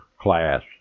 class